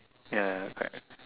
ya ya correct